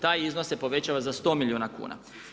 Taj iznos se povećava za 100 milijuna kuna.